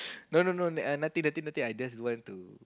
no no no uh nothing nothing nothing I just want to